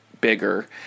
bigger